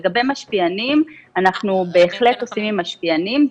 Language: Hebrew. לגבי משפיענים, אנחנו בהחלט עובדים עם משפיענים.